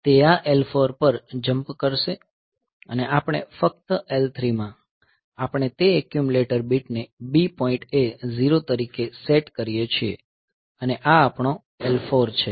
તે આ L4 પર જંપ કરશે અને આપણે ફક્ત L3 માં આપણે તે એક્યુમ્યુલેટર બીટને B પોઈન્ટ એ 0 તરીકે સેટ કરીએ છીએ અને આ આપણો L4 છે